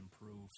improve